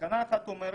תקנה 1.2 אומרת: